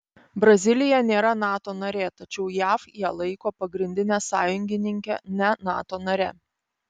brazilija nėra nato narė tačiau jav ją laiko pagrindine sąjungininke ne nato nare